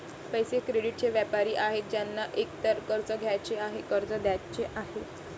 पैसे, क्रेडिटचे व्यापारी आहेत ज्यांना एकतर कर्ज घ्यायचे आहे, कर्ज द्यायचे आहे